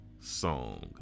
song